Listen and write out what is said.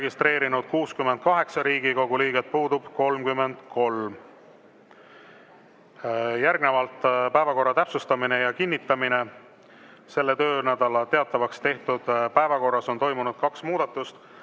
päevakorras on toimunud kaks muudatust.